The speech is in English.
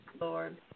Lord